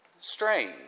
strange